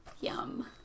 yum